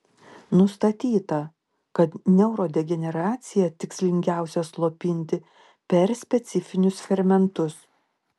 nustatyta kad neurodegeneraciją tikslingiausia slopinti per specifinius fermentus